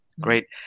Great